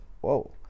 whoa